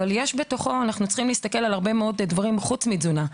אבל אנחנו צריכים להסתכל על דברים רבים נוספים חוץ מתזונה.